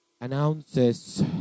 announces